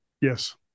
Yes